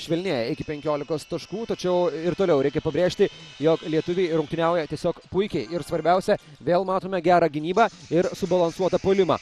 švelnėja iki penkiolikos taškų tačiau ir toliau reikia pabrėžti jog lietuviai rungtyniauja tiesiog puikiai ir svarbiausia vėl matome gerą gynybą ir subalansuotą puolimą